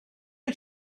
wyt